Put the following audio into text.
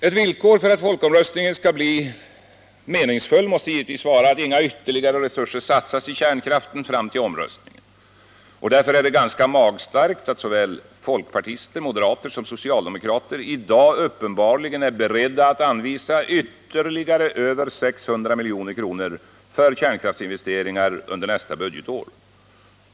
Ett villkor för att folkomröstningen skall bli meningsfull måste givetvis vara att inga ytterligare resurser satsas i kärnkraften fram till omröstningen. Därför är det ganska magstarkt att såväl folkpartister som moderater och socialdemokrater i dag uppenbarligen är beredda att anvisa ytterligare över 600 milj.kr. för kärnkraftsinvesteringar under nästa budgetår.